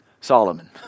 Solomon